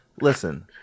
listen